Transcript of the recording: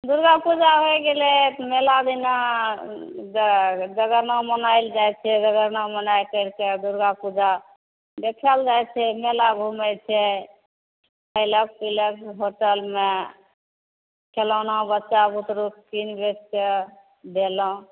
दुर्गा पूजा होए गेलै तऽ मेला दिना जागरणा मनाएल जाइ छै जगरणा मनाए कैरिके दुर्गा पूजा देखे लए जाइ छै मेला घुमै छै खयलक पिलक होटलमे खेलौना बच्चा बुतरू किन बेस कै देलहुॅं